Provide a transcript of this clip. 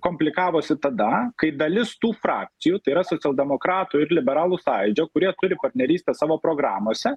komplikavosi tada kai dalis tų frakcijų tai yra socialdemokratų ir liberalų sąjūdžio kurie turi partnerystę savo programose